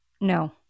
no